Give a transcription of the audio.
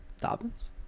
Dobbins